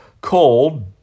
called